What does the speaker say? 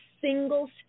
single